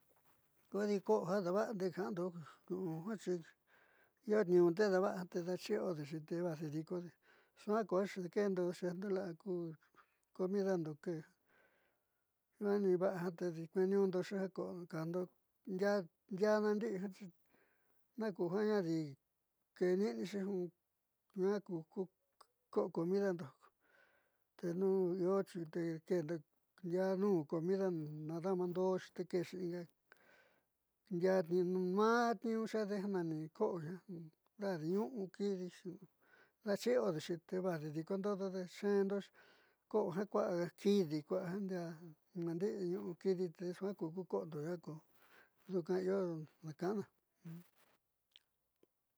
Kodi ko'o ja dava'ade ka'ando io tni'iñu te dava'a tite dachi'iodexi tevajde dikode suaá ku ja dakeendo ja xe'ejndo la'a ku comidando nani va'a te kuetni'iñundoxi ja kajndo ndiaa ndiaá nundi'i naku jiande adi keeni'ine xi jiaa ku ko'o comidando tenu iotexi te ndiaá nu'un comidando ndoadaantodo te kexi inga ndiaa maá tiiñu xede ja nani ko'o jiaa dajdi ñu'u kidixi daachi'iodexi te vajde xi kondodode xe'endo ko'o ja kua'a kidi naandi'i nu'u kidi te suaa ku ko'ondo jia ko duunko io na ka'anna.